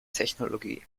technologie